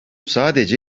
sadece